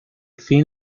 fin